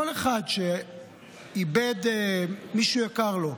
כל אחד שאיבד מישהו יקר לו,